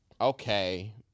okay